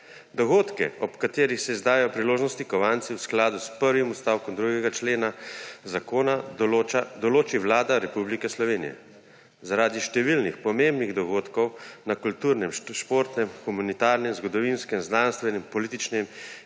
Dogodke, ob katerih se izdajo priložnosti kovanci v skladu s prvim odstavkom 2. člena zakona, določi Vlada Republike Slovenije. Zaradi številnih pomembnih dogodkov na kulturnem, športnem, humanitarnem, zgodovinskem, znanstvenem, političnem